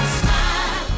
smile